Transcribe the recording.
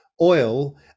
oil